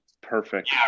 perfect